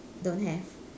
don't have